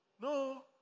no